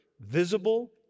visible